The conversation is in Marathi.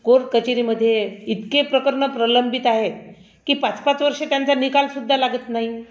कोर्टकचेरीमध्ये इतके प्रकरणं प्रलंबित आहेत की पाचपाच वर्ष त्यांचा निकालसुद्धा लागत नाही